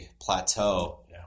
plateau